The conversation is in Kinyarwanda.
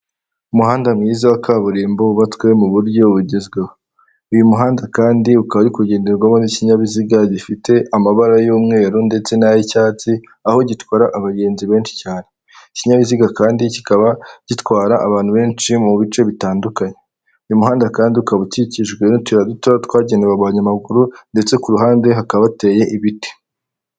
Umuhanda mwiza wa kaburimbo wubatswe mu buryo bugezweho . Uyu muhanda kandi ukaba uri kugenderwamo n'ikinyabiziga gifite amabara y'umweru ndetse n'ay'icyatsi aho gitwara abagenzi benshi cyane . Ikinyabiziga kandi kikaba gitwara abantu benshi mu bice bitandukanye uyu muhanda kandi ukaba ukikijwe n'utuyira duto twagenewe abanyamaguru ndetse kuru ruhande hakaba hateye ibiti.